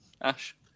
Ash